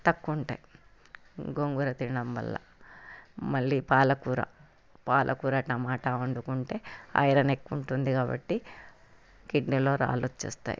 తక్కువ ఉంటాయి గోంగూర తినడం వల్ల మళ్ళీ పాలకూర పాలకూర టమాట వండుకుంటే ఐరన్ ఎక్కువ ఉంటుంది కాబట్టి కిడ్నీలో రాళ్ళు వస్తాయి